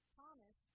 Thomas